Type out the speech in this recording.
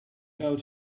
out